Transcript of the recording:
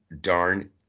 darn